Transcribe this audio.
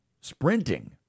sprinting